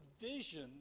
vision